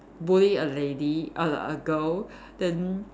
bully a lady a a girl then